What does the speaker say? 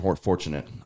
fortunate